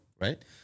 right